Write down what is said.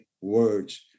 words